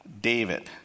David